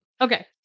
Okay